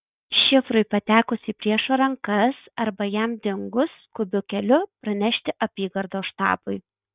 šifrui patekus į priešo rankas arba jam dingus skubiu keliu pranešti apygardos štabui